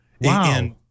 Wow